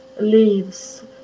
leaves